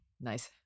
Nice